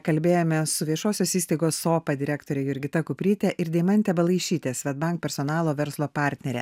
kalbėjomės su viešosios įstaigos sopa direktore jurgita kupryte ir deimante balaišyte swedbank personalo verslo partnere